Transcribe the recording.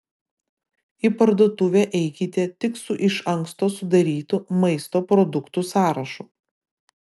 į parduotuvę eikite tik su iš anksto sudarytu maisto produktų sąrašu